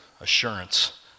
assurance